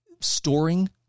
storing